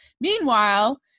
Meanwhile